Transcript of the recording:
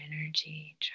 energy